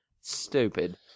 Stupid